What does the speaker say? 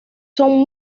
son